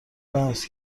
لمس